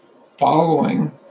following